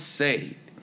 saved